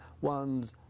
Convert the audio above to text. one's